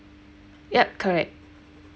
yup correct